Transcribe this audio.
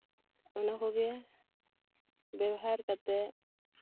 ᱚᱱᱟ ᱠᱚᱜᱮ ᱵᱮᱣᱦᱟᱨ ᱠᱟᱛᱮ